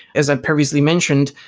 as i previously mentioned,